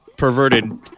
Perverted